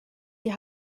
die